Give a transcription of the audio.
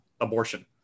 abortion